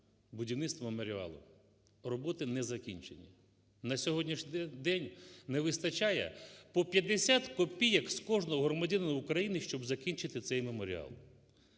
будівництва меморіалу, роботи не закінчені. На сьогоднішній день не вистачає по 50 копійок з кожного громадянина України, щоб закінчити цей меморіал.